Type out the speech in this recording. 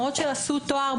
מורות שעשו תואר,